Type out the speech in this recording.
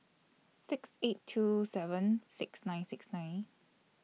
six eight two seven six nine six nine